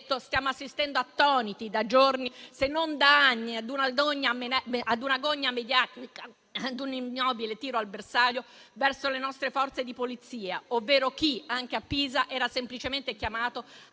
stiamo assistendo attoniti da giorni, se non da anni, a una gogna mediatica e ad un ignobile tiro al bersaglio verso le nostre Forze di polizia, ovvero chi, anche a Pisa, era semplicemente chiamato a